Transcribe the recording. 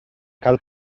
cal